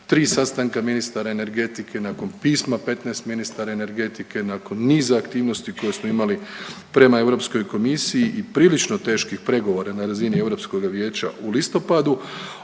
tri sastanka ministara energetike, nakon pisma 15 ministara energetike, nakon niza aktivnosti koje smo imali prema Europskoj komisiji i prilično teških pregovora na razini Europskoga vijeća u listopadu